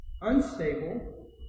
unstable